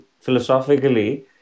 philosophically